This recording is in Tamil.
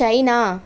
சைனா